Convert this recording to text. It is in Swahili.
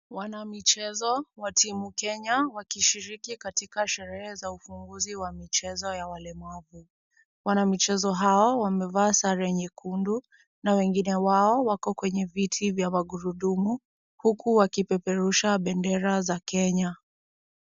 Wanamichezo wa timu Kenya, wakishiriki katika sherehe za ufunguzi wa michezo ya walemavu. Wanamichezo hao wamevaa sare nyekundu, na wengine wao wako kwenye viti vya magurudumu, huku wakipeperusha bendera za Kenya.